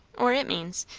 or it means,